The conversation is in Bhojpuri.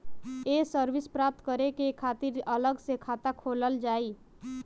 ये सर्विस प्राप्त करे के खातिर अलग से खाता खोलल जाइ?